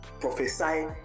prophesy